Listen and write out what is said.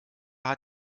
hat